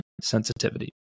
sensitivity